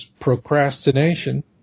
procrastination